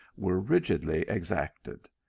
were rigidly exacted.